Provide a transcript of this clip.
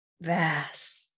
vast